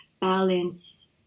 balance